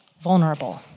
vulnerable